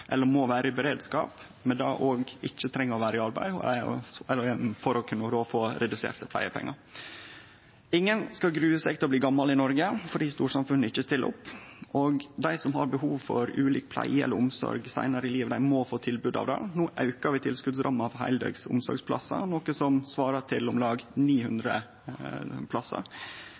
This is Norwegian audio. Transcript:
eller må vere i beredskap, med det ikkje treng òg å vere i arbeid for å unngå å få reduserte pleiepengar. Ingen skal grue seg til å bli gamal i Noreg fordi storsamfunnet ikkje stiller opp. Dei som har behov for ulik pleie eller omsorg seinare i livet, må få tilbod om det. No aukar vi tilskotsramma for heildøgns omsorgsplassar, noko som svarar til om lag 900 plassar.